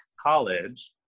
college